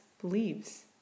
believes